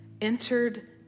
entered